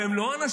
והם לא אנשים,